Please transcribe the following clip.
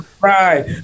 Right